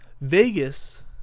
Vegas